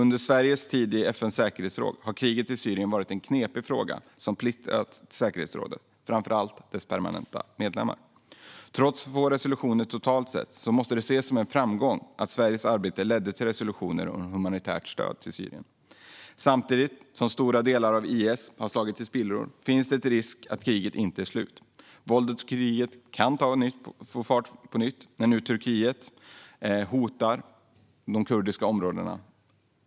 Under Sveriges tid i FN:s säkerhetsråd har kriget varit en knepig fråga som splittrat säkerhetsrådet, framför allt dess permanenta medlemmar. Trots få resolutioner totalt sett måste det ses som en framgång att Sveriges arbete ledde till resolutioner om humanitärt stöd till Syrien. Samtidigt som stora delar av IS har slagits i spillror finns en risk för att kriget inte är slut. Våldet och kriget kan ta fart på nytt när nu Turkiet hotar de kurdiska områdena.